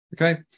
Okay